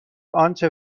آنچه